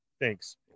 thanks